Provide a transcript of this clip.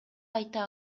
айта